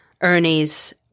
Ernie's